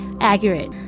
accurate